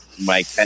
Mike